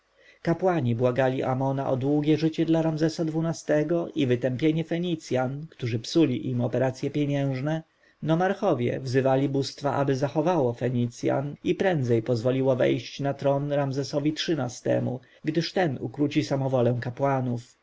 kapłani błagali amona o długie życie dla ramzesa xii-go i wytępienie fenicjan którzy psuli im operacje pieniężne nomarchowie wzywali bóstwa aby zachowało fenicjan i prędzej pozwoliło wejść na tron ramzesowi xiii-temu gdyż ten ukróci samowolę kapłanów